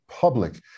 public